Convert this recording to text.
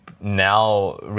now